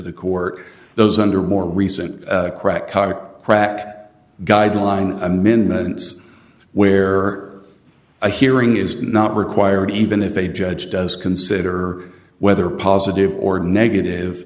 the cork those under more recent crack crack guideline amendments where a hearing is not required even if a judge does consider whether positive or negative